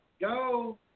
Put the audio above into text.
go